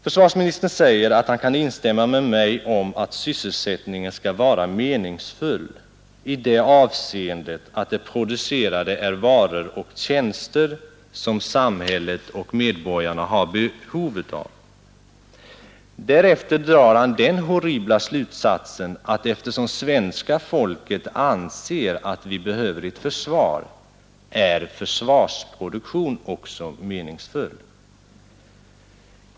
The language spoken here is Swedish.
Försvarsministern säger att han kan instämma med mig om att sysselsättningen skall vara meningsfull i det avseendet att det producerade är varor och tjänster som samhället och medborgarna har behov av. Därefter drar han den horribla slutsatsen att eftersom svenska folket anser att vi behöver ett försvar är försvarsproduktion också meningsfull.